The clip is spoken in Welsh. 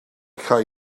llai